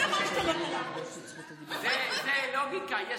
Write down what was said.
זאת לוגיקה.